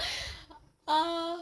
ah